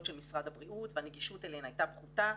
של משרד הבריאות והנגישות אליהן הייתה פחותה,